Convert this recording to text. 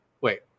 wait